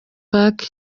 park